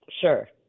Sure